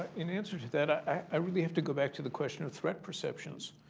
and answer to that, i really have to go back to the question of threat perceptions,